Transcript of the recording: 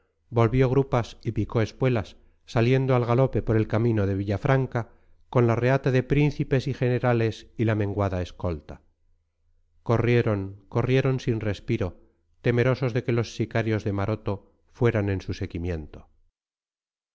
volvió grupas y picó espuelas saliendo al galope por el camino de villafranca con la reata de príncipes y generales y la menguada escolta corrieron corrieron sin respiro temerosos de que los sicarios de maroto fueran en su seguimiento